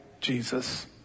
Jesus